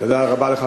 תודה רבה לך,